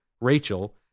Rachel